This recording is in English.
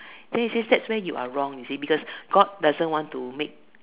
this is that where you are wrong you see because God doesn't want to make